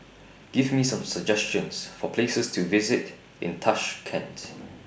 Give Me Some suggestions For Places to visit in Tashkent